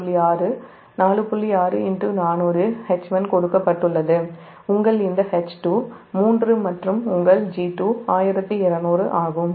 6 400 H1 கொடுக்கப்பட்டுள்ளது உங்கள் H2 3 மற்றும் உங்கள் G2 1200 ஆகும்